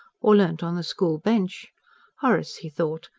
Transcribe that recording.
or learnt on the school-bench horace, he thought,